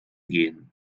gehen